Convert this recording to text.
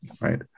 Right